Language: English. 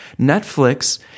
Netflix